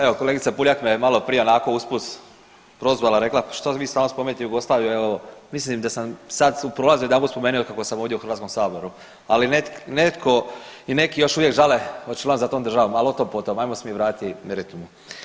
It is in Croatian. Evo kolegica Puljak je malo prije onako usput prozvala rekla, što vi stalno spominjete Jugoslaviju evo mislim da sam sad u prolazu jedanput spomenuo od kako sam ovdje u Hrvatskom saboru, ali netko i neki još uvijek žale … za tom državom, ali o tom potom, ajmo se mi vratiti meritumu.